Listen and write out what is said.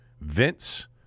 Vince